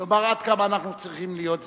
לומר עד כמה אנחנו צריכים להיות זהירים.